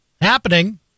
happening